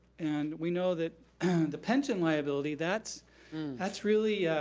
and we know that the pension liability, that's that's really